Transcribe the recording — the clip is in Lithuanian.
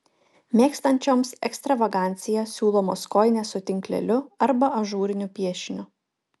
mėgstančioms ekstravaganciją siūlomos kojinės su tinkleliu arba ažūriniu piešiniu